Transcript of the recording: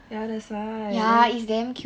ya that's why then